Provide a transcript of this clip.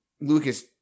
lucas